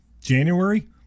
January